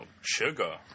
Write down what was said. sugar